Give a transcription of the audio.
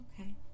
Okay